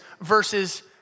versus